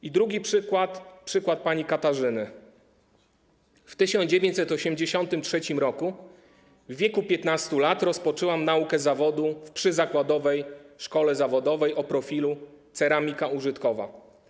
I drugi przykład, przykład pani Katarzyny: W 1983 r. w wieku 15 lat rozpoczęłam naukę zawodu w przyzakładowej szkole zawodowej o profilu: ceramika użytkowa.